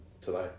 today